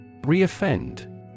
Reoffend